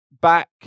back